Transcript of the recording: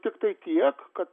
tiktai tiek kad